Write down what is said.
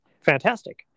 fantastic